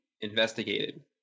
investigated